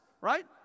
right